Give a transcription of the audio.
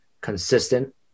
consistent